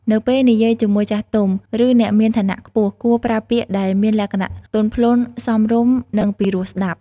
នៅពេលនិយាយជាមួយចាស់ទុំ ឬអ្នកមានឋានៈខ្ពស់ គួរប្រើពាក្យដែលមានលក្ខណៈ ទន់ភ្លន់ សមរម្យ និងពីរោះស្ដាប់។